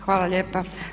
Hvala lijepa.